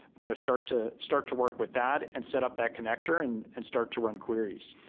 you know start to start to work with that and set up that connector and and start to run queries.